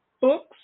books